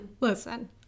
Listen